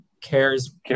cares